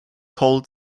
cold